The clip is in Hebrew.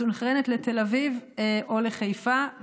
מסונכרנת לתל אביב או לחיפה.